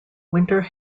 winter